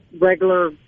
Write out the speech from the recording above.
regular